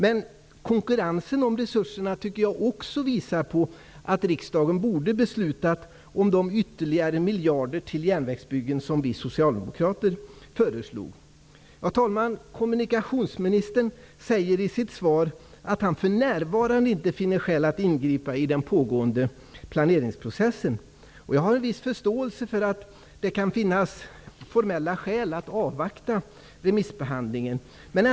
Men konkurrensen om resurserna tycker jag också visar på att riksdagen borde ha beslutat om de ytterligare miljarder till järnvägsbyggen som vi socialdemokrater föreslog. Herr talman! Kommunikationsministern säger i sitt svar att han ''för närvarande inte finner skäl att ingripa i den pågående planeringsprocessen --.'' Jag har en viss förståelse för att det kan finnas formella skäl att avvakta remissbehandlingen.